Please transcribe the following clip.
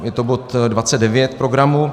Je to bod 29 programu.